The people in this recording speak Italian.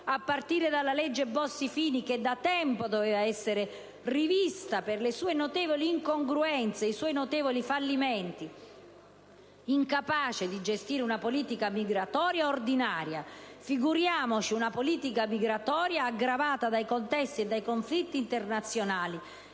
a partire dalla legge Bossi-Fini che da tempo doveva essere rivista per le sue notevoli incongruenze e fallimenti, incapace di gestire una politica migratoria ordinaria, figuriamoci una politica migratoria aggravata dai contesti e dai conflitti internazionali